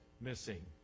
missing